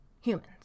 humans